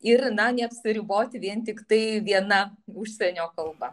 ir na neapsiriboti vien tiktai viena užsienio kalba